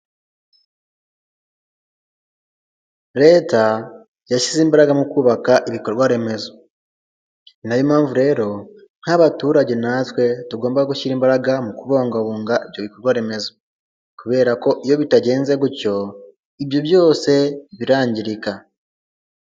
Leta yashyize imbaraga mu kubaka ibikorwa remezo ni nayo mpamvu rero nk'abaturage natwe tugomba gushyira imbaraga mu kubungabunga ibyo bikorwa remezo kubera ko iyo bitagenze gutyo ibyo byose birangirika.